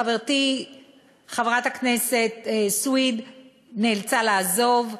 חברתי חברת הכנסת סויד נאלצה לעזוב,